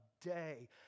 day